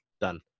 done